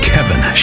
Kevin